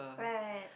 right